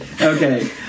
Okay